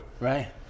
Right